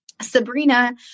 Sabrina